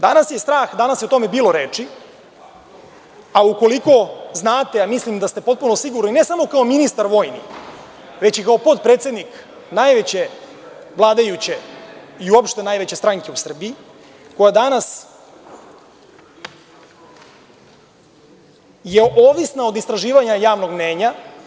Danas je o tome bilo reči, a ukoliko znate, a mislim da ste potpuno sigurni, ne samo kao ministar vojni, već i kao potpredsednik najveće vladajuće i uopšte najveće stranke u Srbiji, koja je danas ovisna od istraživanja javnog mnjenja.